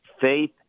faith